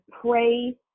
pray